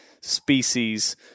species